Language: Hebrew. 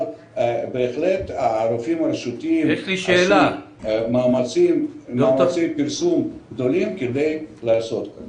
אבל בהחלט הרופאים הרשותיים עושים מאמצי פרסום גדולים כדי לעשות את זה.